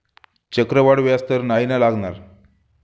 चक्रवाढ व्याज तर नाही ना लागणार?